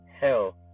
hell